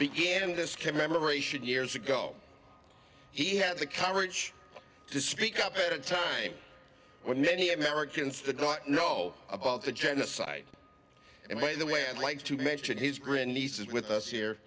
began this commemoration years ago he had the courage to speak up at a time when many americans the don't know about the genocide and by the way i'd like to mention his grand nieces with us here